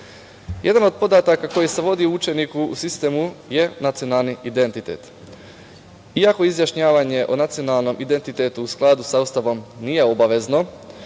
od podataka koji se vodi o učeniku u sistemu je nacionalni identitet. Iako izjašnjavanje o nacionalnom identitetu u skladu sa Ustavom nije obavezno,